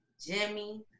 Jimmy